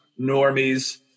normies